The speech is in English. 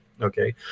Okay